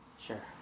Sure